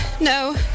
no